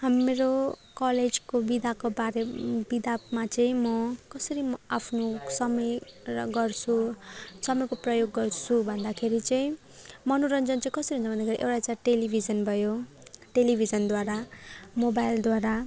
हाम्रो कलेजको बिदाको बारे बिदामा चाहिँ म कसरी आफ्नो समय गर्छु समयको प्रयोग गर्छु भन्दाखेरि चाहिँ मनोरञ्जन चाहिँ कसरी हुन्छ भन्दाखेरि एउटा चाहिँ टेलिभिजन भयो टेलिभिजनद्वारा मोबाइलद्वारा